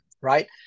right